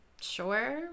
Sure